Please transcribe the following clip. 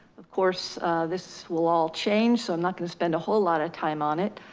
of course this will all change. so i'm not gonna spend a whole lot of time on it.